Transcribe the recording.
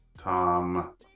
Tom